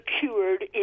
secured